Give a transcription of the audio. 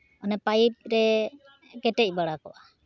ᱚᱱᱮ ᱯᱟᱭᱤᱯ ᱨᱮ ᱠᱮᱴᱮᱡ ᱵᱟᱲᱟ ᱠᱚᱜᱼᱟ